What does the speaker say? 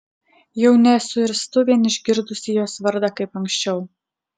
jau nesuirztu vien išgirdusi jos vardą kaip anksčiau